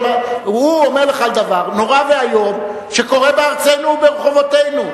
הוא אומר לך על דבר נורא ואיום שקורה בארצנו וברחובותינו.